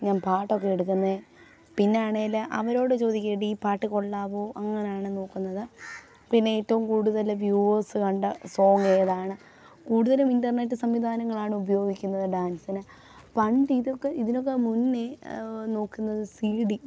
ഞാൻ പാട്ടൊക്കെ എടുക്കുന്നത് പിന്നെ ആണെങ്കിൽ അവരോട് ചോദിക്കും എഡി ഈ പാട്ട് കൊള്ളാവോ അങ്ങനെയാണ് നോക്കുന്നത് പിന്നെ ഏറ്റവും കൂടുതൽ വ്യൂവേഴ്സ് കണ്ട സോങ് ഏതാണ് കൂടുതലും ഇൻറർനെറ്റ് സംവിധാനങ്ങളാണ് ഉപയോഗിക്കുന്നത് ഡാൻസിന് പണ്ട് ഇതൊക്കെ ഇതിനൊക്കെ മുന്നേ നോക്കുന്നത് സി ഡി